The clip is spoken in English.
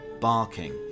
barking